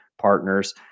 partners